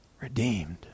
redeemed